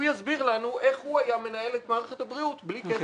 יסביר לנו איך הוא היה מנהל את מערכת הבריאות בלי כסף.